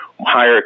higher